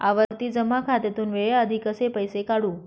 आवर्ती जमा खात्यातून वेळेआधी कसे पैसे काढू?